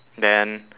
then